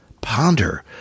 ponder